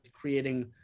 creating